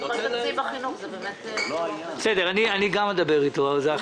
גם אני אדבר איתו על זה.